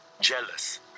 jealous